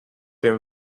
jen